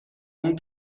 اون